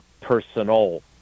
personal